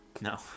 No